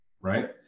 right